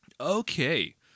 Okay